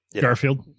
garfield